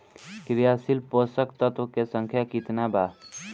क्रियाशील पोषक तत्व के संख्या कितना बा?